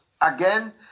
again